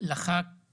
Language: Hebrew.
לח"כ